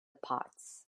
parts